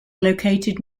located